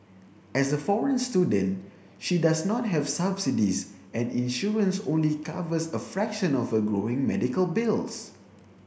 as a foreign student she does not have subsidies and insurance only covers a fraction of her growing medical bills